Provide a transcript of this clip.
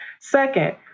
Second